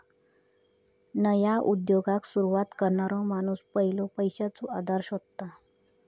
नया उद्योगाक सुरवात करणारो माणूस पयलो पैशाचो आधार शोधता